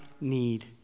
need